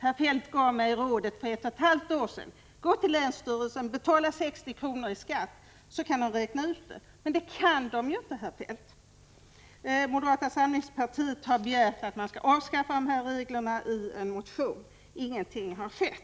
Herr Feldt gav mig för ett och ett halvt år sedan rådet att gå till länsstyrelsen och betala 60 kr. i skatt så skulle länsstyrelsen kunna räkna ut det. Men det kan ju inte länsstyrelsen, herr Feldt. Moderata samlingspartiet har i en motion begärt att man skall avskaffa dessa regler. Ingenting har emellertid